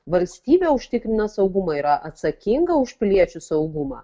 valstybė užtikrina saugumą yra atsakinga už piliečių saugumą